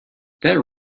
that